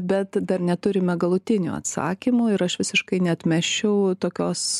bet dar neturime galutinių atsakymų ir aš visiškai neatmesčiau tokios